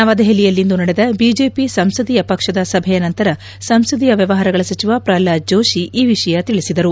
ನವದೆಹಲಿಯಲ್ಲಿಂದು ನಡೆದ ಬಿಜೆಪಿ ಸಂಸದೀಯ ಪಕ್ಷದ ಸಭೆಯ ನಂತರ ಸಂಸದೀಯ ವ್ಯವಹಾರಗಳ ಸಚಿವ ಪ್ರಹ್ಲಾದ್ ಜೋಷಿ ಈ ವಿಷಯ ತಿಳಿಸಿದರು